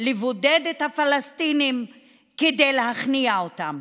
לבודד את הפלסטינים כדי להכניע אותם.